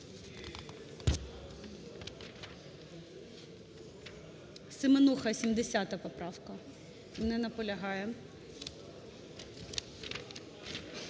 Семенуха, 70-а поправка. Не наполягає.